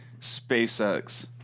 SpaceX